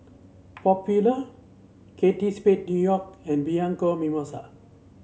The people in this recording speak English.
Popular Spade New York and Bianco Mimosa